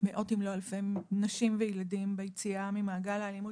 כבר מאות אם לא אלפי נשים וילדים ביציאה ממעגל האלימות.